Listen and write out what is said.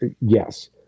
Yes